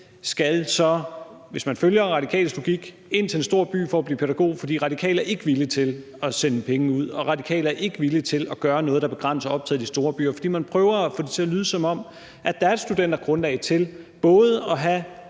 pædagog, hvis man følger Radikales logik, så skal ind til en stor by for at blive pædagog, for Radikale er ikke villige til at sende penge ud og Radikale er ikke villig til at gøre noget, der begrænser optaget i de store byer. For man prøver at få det til at lyde, som om der er et studentergrundlag til både at have